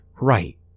right